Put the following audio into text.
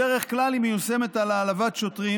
בדרך כלל היא מיושמת על העלבת שוטרים